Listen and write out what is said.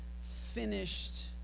finished